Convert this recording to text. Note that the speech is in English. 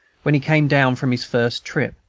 when he came down from his first trip.